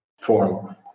form